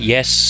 Yes